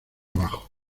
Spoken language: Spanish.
abajo